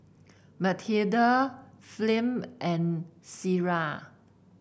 Mathilda Flem and Cierra